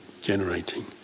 generating